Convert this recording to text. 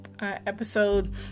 episode